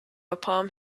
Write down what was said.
upon